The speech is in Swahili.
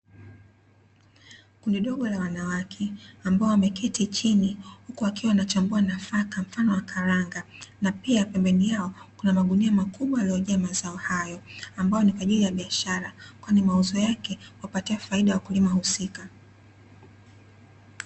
Kundi dogo la wanawake ambao wameketi chini uku wakiwa wanachambua nafaka mfano wa karanga na pia pembeni yao kuna magunia makubwa yaliyojaa mazao hayo ambayo nikwaajili ya biashara kwani mauzo yake upatia faida wakulima husika.